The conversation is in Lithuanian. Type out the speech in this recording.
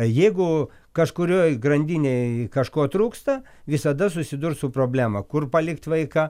jeigu kažkurioj grandinėj kažko trūksta visada susidurs su problema kur palikt vaiką